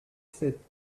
sept